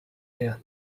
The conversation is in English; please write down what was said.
here